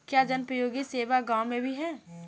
क्या जनोपयोगी सेवा गाँव में भी है?